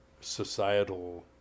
societal